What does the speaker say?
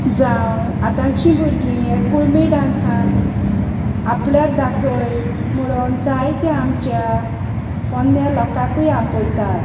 जावं आतांचीं भुरगीं हे कुळमी डांसान आपल्याक दाखय मुणोन जायते आमच्या पोन्न्या लोकांकूय आपोयतात